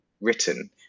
written